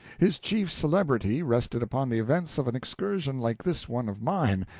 his chief celebrity rested upon the events of an excursion like this one of mine,